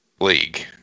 league